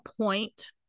point